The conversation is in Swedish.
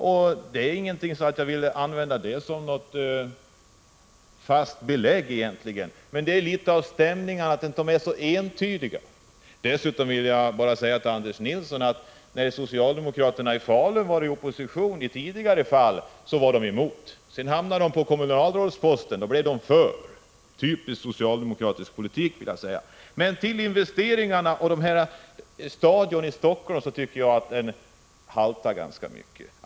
Jag vill inte använda det som något fast belägg, men det ger en vink om att stämningarna inte är så entydiga. Dessutom vill jag säga till Anders Nilsson att när socialdemokraterna i Falun tidigare var i opposition var de emot detta förslag. Sedan hamnade de på kommunalrådsposter, och då blev de för förslaget. Typisk socialdemokratisk politik, skulle jag vilja säga. Jämförelser mellan de nu aktuella investeringarna och de som gjordes på Stadion i Helsingfors haltar ganska mycket.